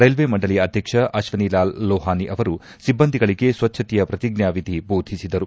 railway ಮಂಡಳಿಯ ಅಧ್ಯಕ್ಷ ಅಶ್ವನಿ ಲಾಲ್ ಲೋಹಾನಿ ಅವರು ಸಿಬ್ಲಂದಿಗಳಿಗೆ ಸ್ವಚ್ಚತೆಯ ಪ್ರತಿಜ್ವಾ ವಿಧಿ ಬೋಧಿಸಿದರು